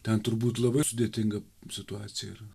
ten turbūt labai sudėtinga situacija yra